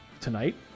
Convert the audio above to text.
tonight